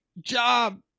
job